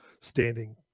standing